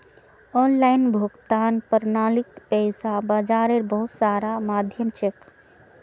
online भुगतान प्रणालीक पैसा बाजारेर बहुत सारा माध्यम छेक